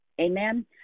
Amen